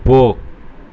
போ